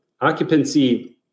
occupancy